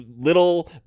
little